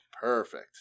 perfect